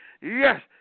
Yes